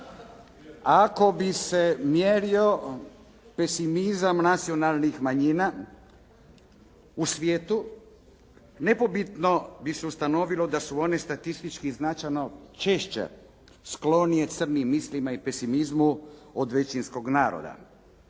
Ako bi se mjerio pesimizam nacionalnih manjina u svijetu nepobitno bi se ustanovilo da su oni statistički značajno češće sklonije crnim mislima i pesimizmu od većinskog naroda.